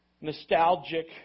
nostalgic